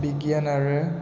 बिगियान आरो